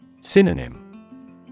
Synonym